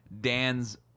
Dan's